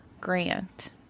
Grant